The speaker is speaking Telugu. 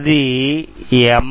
అది ఎం